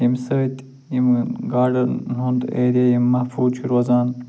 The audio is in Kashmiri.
ییٚمہِ سۭتۍ یِمَن گاڈَن ہُنٛد ایریا یِم محفوٗظ چھِ روزان